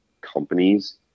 companies